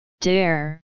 dare